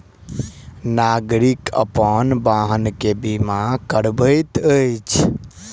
नागरिक अपन वाहन के बीमा करबैत अछि